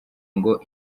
ngo